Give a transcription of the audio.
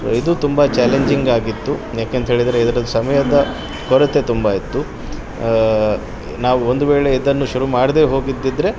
ಇದು ತುಂಬ ಚ್ಯಾಲೆಂಜಿಂಗಾಗಿತ್ತು ಯಾಕಂತೇಳಿದರೆ ಇದ್ರಲ್ಲಿ ಸಮಯದ ಕೊರತೆ ತುಂಬ ಇತ್ತು ನಾವು ಒಂದು ವೇಳೆ ಇದನ್ನು ಶುರು ಮಾಡದೇ ಹೋಗಿದ್ದಿದ್ದರೆ